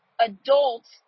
adults